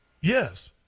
Yes